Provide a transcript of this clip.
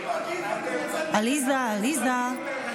עליזה, עליזה.